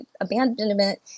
abandonment